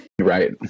Right